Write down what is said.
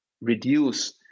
reduce